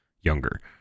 younger